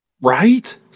Right